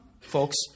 folks